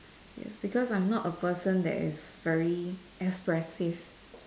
yes because I'm not a person that is very expressive